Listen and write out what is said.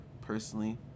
personally